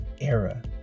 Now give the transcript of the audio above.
era